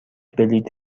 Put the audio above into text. بلیط